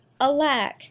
Alack